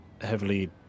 heavily